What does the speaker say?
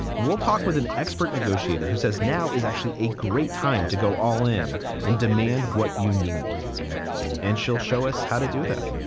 we'll talk with an expert negotiator who says now is actually a great time to go all in and demand what you need and she'll show us how to do that